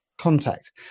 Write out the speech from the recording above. contact